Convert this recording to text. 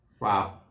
Wow